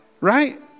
Right